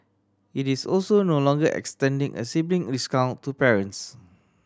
it is also no longer extending a sibling discount to parents